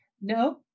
No